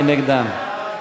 מי נגדן?